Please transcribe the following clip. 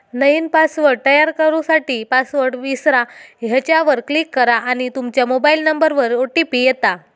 नईन पासवर्ड तयार करू साठी, पासवर्ड विसरा ह्येच्यावर क्लीक करा आणि तूमच्या मोबाइल नंबरवर ओ.टी.पी येता